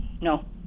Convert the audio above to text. No